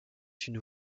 une